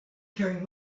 carrying